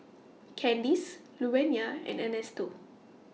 Candis Luvenia and Ernesto